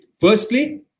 Firstly